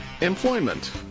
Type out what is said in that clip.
employment